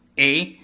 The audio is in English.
a,